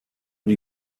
die